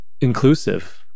inclusive